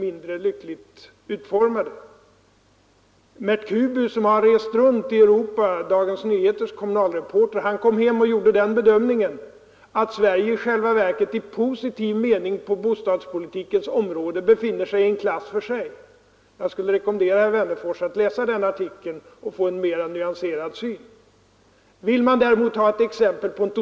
Dagens Nyheters kommunalreporter Mert Kubu, som rest runt i Europa för att studera bostadsförhållandena, gjorde den Nr 73 bedömningen att Sverige i själva verket Å BOsiliv, mening på bostadspoli Måndagen den tikens område befinner sig i en klass för sig. Jag skulle rekommendera Z herr Wennerfors att läsa Mert Kubus artikel för att få en mera nyanserad van Aa syn på dessa frågor. Vill herr Wennerfors däremot ha ett exempel på en Ang.